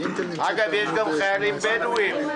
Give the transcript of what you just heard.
אגב, יש גם חיילים בדואים.